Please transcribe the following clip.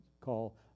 call